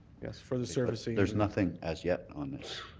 for the service. there's nothing as yet on this,